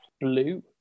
blue